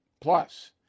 Plus